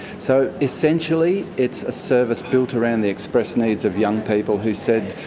so essentially it's a service built around the express needs of young people who said,